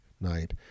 night